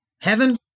heaven